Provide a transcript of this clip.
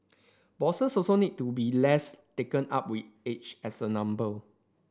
bosses also need to be less taken up with age as a number